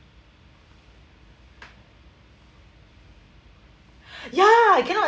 ya I cannot